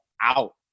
out